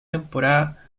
temporada